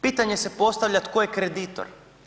Pitanje se postavlja tko je kreditor?